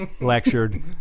lectured